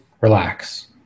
relax